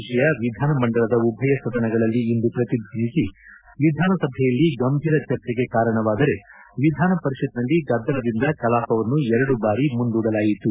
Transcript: ವಿಷಯ ವಿಧಾನಮಂಡಲದ ಉಭಯ ಸದನಗಳಲ್ಲಿಂದು ಪ್ರತಿದ್ವನಿಸಿ ವಿಧಾನಸಭೆಯಲ್ಲಿ ಗಂಭೀರ ಚರ್ಚೆಗೆ ಕಾರಣವಾದರೆ ವಿಧಾನ ಪರಿಷತ್ತಿನಲ್ಲಿ ಗದ್ದಲದಿಂದ ಕಲಾಪವನ್ನು ಎರಡು ಬಾರಿ ಮುಂದೂಡಲಾಯಿತು